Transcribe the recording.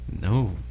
no